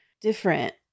different